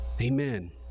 Amen